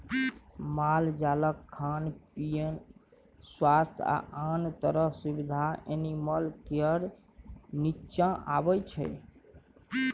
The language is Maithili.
मालजालक खान पीन, स्वास्थ्य आ आन तरहक सुबिधा एनिमल केयरक नीच्चाँ अबै छै